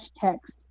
text